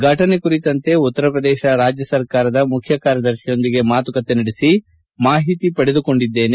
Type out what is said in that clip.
ಘಟನೆಯ ಕುರಿತಂತೆ ಉತ್ತರ ಪ್ರದೇಶ ರಾಜ್ಯ ಸರ್ಕಾರದ ಮುಖ್ಯ ಕಾರ್ಯದರ್ಶಿಯೊಂದಿಗೆ ಮಾತುಕತೆ ನಡೆಸಿ ಮಾಹಿತಿ ಪಡೆದುಕೊಂಡಿದ್ದೇನೆ